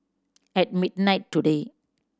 at midnight today